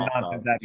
nonsense